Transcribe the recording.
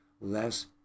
less